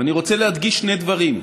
אני רוצה להדגיש שני דברים: